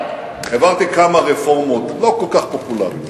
העברתי כמה רפורמות לא כל כך פופולריות,